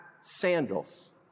sandals